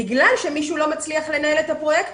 בגלל שמישהו לא מצליח לנהל את הפרויקט